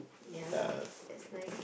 ya lah that's nice